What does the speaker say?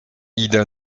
ida